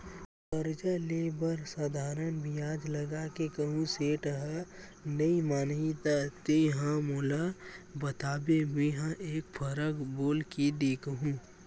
करजा ले बर साधारन बियाज लगा के कहूँ सेठ ह नइ मानही त तेंहा मोला बताबे मेंहा एक फरक बोल के देखहूं